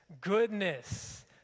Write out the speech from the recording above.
goodness